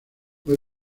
fue